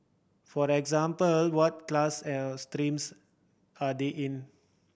for example what class or streams are they in